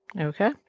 Okay